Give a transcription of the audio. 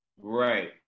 Right